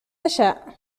تشاء